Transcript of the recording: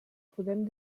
podem